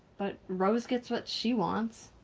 but rose gets what she wants,